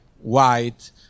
white